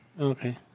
Okay